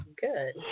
good